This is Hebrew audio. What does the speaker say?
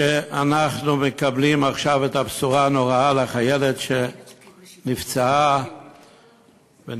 כשאנחנו מקבלים עכשיו את הבשורה הנוראה על החיילת שנפצעה ונפטרה,